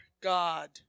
God